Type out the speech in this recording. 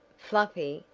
fluffy!